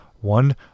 One